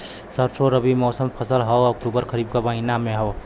सरसो रबी मौसम क फसल हव अक्टूबर खरीफ क आखिर महीना हव